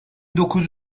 dokuz